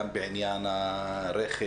גם בעניין הרכש,